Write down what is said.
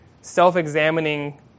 self-examining